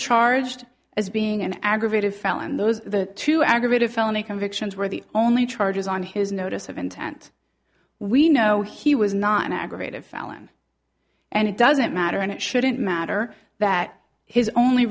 charged as being an aggravated felon those the two aggravated felony convictions were the only charges on his notice of intent we know he was not an aggravated felon and it doesn't matter and it shouldn't matter that his only